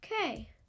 Okay